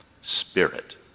spirit